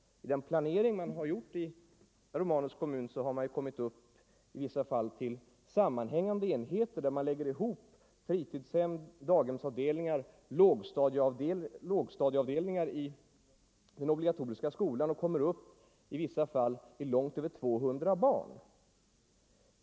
I den planering som man gjort i herr Romanus” kommun har man i vissa fall till sammanhängande enheter lagt ihop flera daghemsavdelningar med fritidshem och lågstadieavdelningar i den obligatoriska skolan och kommit upp till långt över 200 barn.